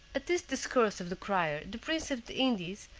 at this discourse of the crier the prince of the indies,